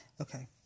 Okay